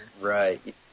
right